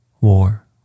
War